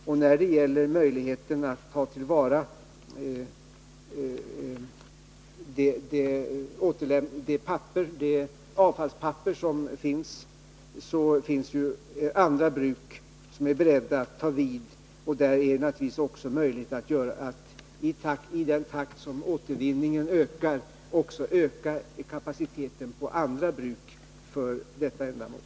Och när det gäller möjligheten att ta till vara avfallspapper, så finns ju andra bruk som är beredda att ta vid. I den takt som återvinningen ökar är det naturligtvis också möjligt att öka kapaciteten på andra bruk för detta ändamål.